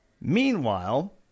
Meanwhile